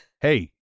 Hey